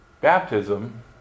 baptism